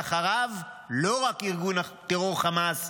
ואחריו לא רק ארגון הטרור חמאס,